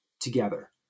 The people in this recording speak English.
together